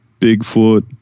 Bigfoot